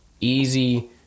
easy